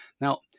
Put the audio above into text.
now